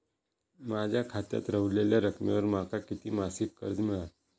माझ्या खात्यात रव्हलेल्या रकमेवर माका किती मासिक कर्ज मिळात?